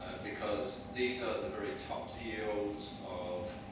ah because these are the very top ceos of